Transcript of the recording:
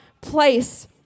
place